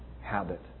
habit